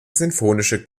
sinfonische